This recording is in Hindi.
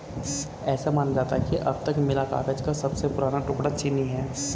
ऐसा माना जाता है कि अब तक मिला कागज का सबसे पुराना टुकड़ा चीनी है